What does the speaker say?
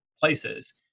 places